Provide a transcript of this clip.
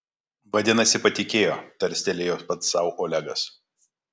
vadinasi patikėjo tarstelėjo pats sau olegas